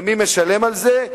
ומי משלם על זה?